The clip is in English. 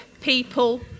people